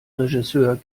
regisseur